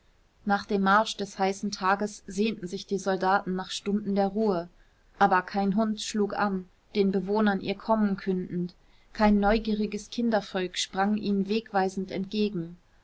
nach dem marsch des heißen tages sehnten sich die soldaten nach stunden der ruhe aber kein hund schlug an den bewohnern ihr kommen kündend kein neugieriges kindervolk sprang ihnen wegweisend entgegen